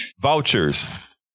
vouchers